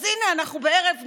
אז הינה, אנחנו בערב נפלא,